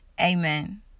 Amen